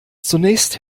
zunächst